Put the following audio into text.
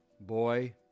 Boy